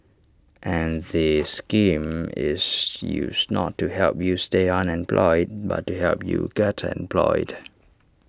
and the scheme is used not to help you stay unemployed but to help you get employed